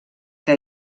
que